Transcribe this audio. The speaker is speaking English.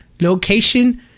location